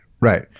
Right